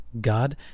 God